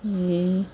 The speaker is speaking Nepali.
ए